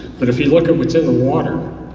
but if you look at what's in the water,